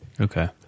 Okay